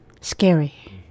scary